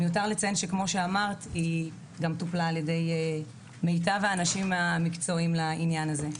מיותר לציין שהיא גם טופלה על ידי מטב האנשים המקצועיים בעניין הזה.